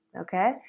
Okay